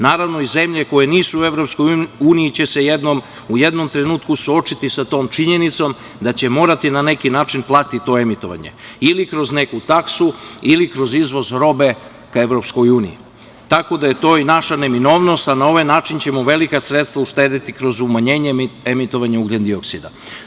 Naravno i zemlje koje nisu u EU će se u jednom trenutku suočiti sa tom činjenicom da će morati na neki način plaćati to emitovanje ili kroz neku taksu ili kroz izvoz robe ka EU, tako da je to i naša neminovnost, a na ovaj način ćemo velika sredstva uštedeti kroz umanjenje emitovanju ugljendioksida.